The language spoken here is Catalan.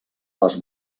les